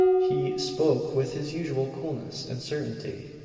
he spoke with his usual coolness and certainty.